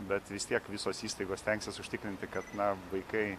bet vis tiek visos įstaigos stengsis užtikrinti kad na vaikai